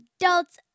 adults